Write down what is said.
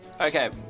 Okay